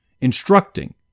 instructing